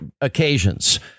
occasions